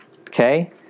Okay